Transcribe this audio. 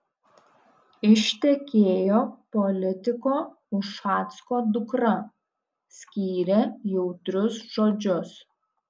ištekėjo politiko ušacko dukra skyrė jautrius žodžius